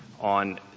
on